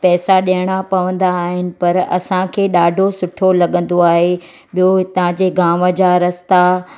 पैसा ॾियणा पवंदा आहिनि पर असांखे ॾाढो सुठो लॻंदो आहे ॿियो हितां जे गांव जा रस्ता